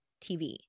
TV